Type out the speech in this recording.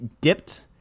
dipped